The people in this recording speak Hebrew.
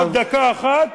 עוד דקה אחת,